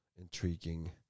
intriguing